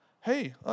Hey